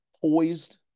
poised